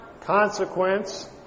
consequence